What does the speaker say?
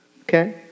okay